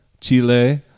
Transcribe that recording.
Chile